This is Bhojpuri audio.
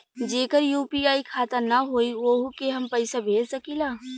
जेकर यू.पी.आई खाता ना होई वोहू के हम पैसा भेज सकीला?